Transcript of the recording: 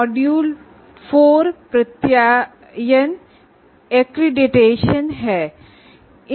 module 4 accreditation पे आधारित है